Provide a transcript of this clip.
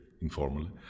informally